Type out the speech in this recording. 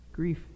grief